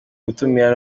gutumira